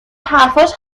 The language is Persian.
حرفاش